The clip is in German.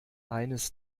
eines